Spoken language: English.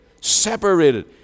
separated